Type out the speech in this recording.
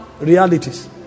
realities